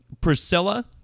Priscilla